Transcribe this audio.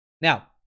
Now